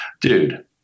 dude